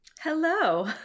hello